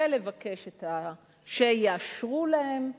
ולבקש שיאשרו להם דברים,